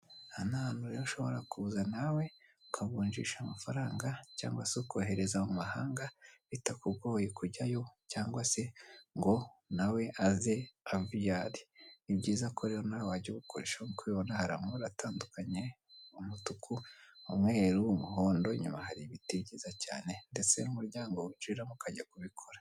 Aha ni ahantu rero ushobora kuza nawe ukavunjisha amafaranga cyagwa se ukohereza mu mahanga bitakugoye kujyayo cyangwa se ngo nawe aze ave iyo ari. Ni byiza ko rero nawe wajya ubikoresha. Nkuko ubibona hari amabara atandukanye, umutuku, umweru, umuhondo ,inyuma hari ibiti byiza cyane ndetse n'umuryango winjiramo ukajya kubikora.